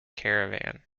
caravan